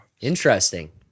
interesting